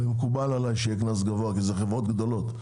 ומקובל עלי שיהיה קנס גבוה כי זה חברות גדולות,